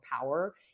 power